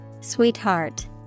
Sweetheart